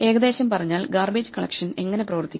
ഏകദേശം പറഞ്ഞാൽ garbage collection എങ്ങനെ പ്രവർത്തിക്കും